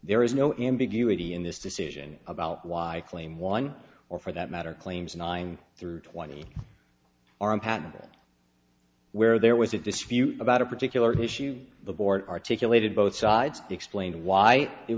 there is no ambiguity in this decision about why i claim one or for that matter claims nine through twenty are impassable where there was a dispute about a particular issue the board articulated both sides explaining why it